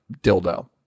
dildo